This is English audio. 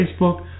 Facebook